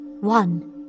One